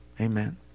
Amen